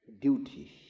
duty